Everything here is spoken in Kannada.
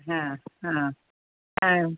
ಹಾಂ ಹಾಂ ಹಾಂ